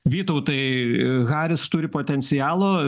vytautai haris turi potencialo